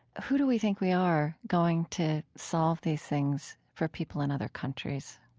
who do we think we are, going to solve these things for people in other countries,